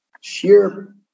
sheer